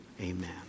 Amen